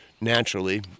naturally